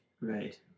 Right